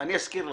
אני אזכיר לך,